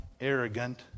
arrogant